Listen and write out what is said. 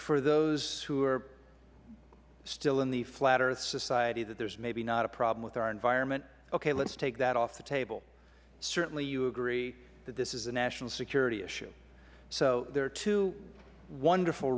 for those who are still in the flat earth society that there is maybe not a problem with our environment okay let us take that off the table certainly you will agree that this is a national security issue so there are two wonderful